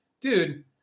dude